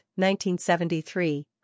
1973